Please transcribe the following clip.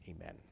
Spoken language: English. Amen